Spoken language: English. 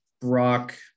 Brock